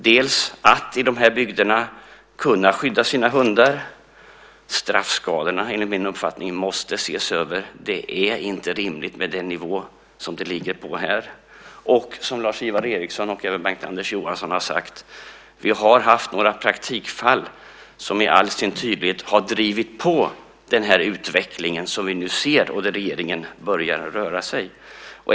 Det handlar till exempel om att man i de här bygderna ska kunna skydda sina hundar. Straffskalorna måste enligt min uppfattning ses över. Det är inte rimligt med den nivå som de ligger på. Som Lars-Ivar Ericson och även Bengt-Anders Johansson har sagt har vi haft några praktikfall som tydligt har drivit på den utveckling som vi nu ser där regeringen börjar röra sig.